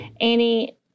Annie